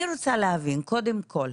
אני רוצה להבין קודם כל,